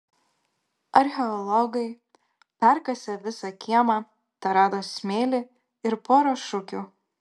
archeologai perkasę visą kiemą terado smėlį ir porą šukių